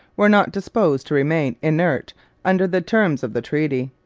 were not disposed to remain inert under the terms of the treaty.